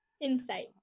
insight